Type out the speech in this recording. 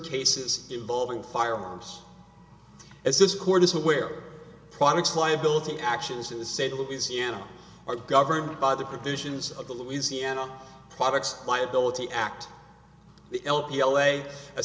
cases involving firearms as this court is aware products liability actions in the state of louisiana are governed by the provisions of the louisiana products liability act the l a p l a a